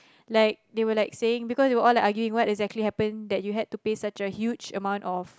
like they were like saying because they were all like arguing what exactly happened that you had to pay such a huge amount of